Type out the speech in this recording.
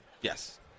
Yes